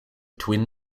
twin